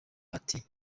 ati